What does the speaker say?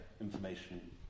information